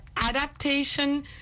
adaptation